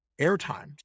airtime